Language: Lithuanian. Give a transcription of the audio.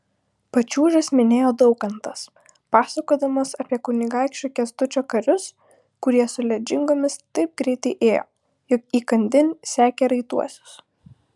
pačiūžas minėjo daukantas pasakodamas apie kunigaikščio kęstučio karius kurie su ledžingomis taip greitai ėjo jog įkandin sekė raituosius